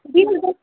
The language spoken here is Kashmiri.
بیٚیہِ حظ ٲس